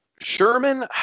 Sherman